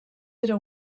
era